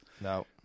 No